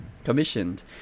commissioned